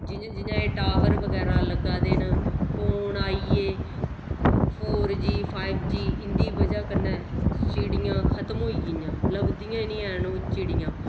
जियां जियां एह् टावर बगैरा लग्गा दे न फोन आई गे फोर जी फाईव जी इं'दी बजह् कन्नै चिड़ियां खतम होई गेइयां लभदियां गै निं हैन चिड़ियां